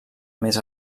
més